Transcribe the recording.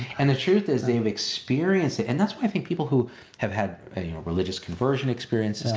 and the truth is they have experienced it. and that's why i think people who have had a religious conversion experience,